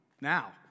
Now